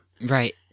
Right